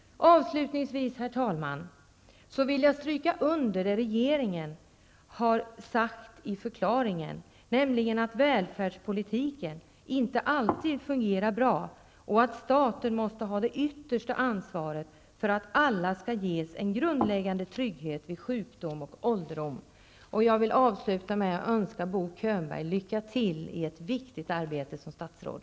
Avslutningsvis, herr talman, vill jag stryka under det regeringen har sagt i regeringsförklaringen, nämligen att välfärdspolitiken inte alltid fungerar bra och att staten måste ha det yttersta ansvaret för att alla skall ges en grundläggande trygghet vid sjukdom och ålderdom. Jag vill avsluta med att önska Bo Könberg lycka till i ett viktigt arbete som statsråd.